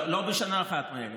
לא בשנה אחת 100,000,